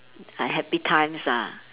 uh happy times ah